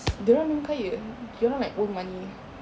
dorang kaya dorang like old money